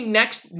next